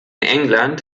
england